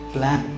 Plan